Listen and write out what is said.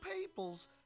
peoples